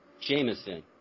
Jameson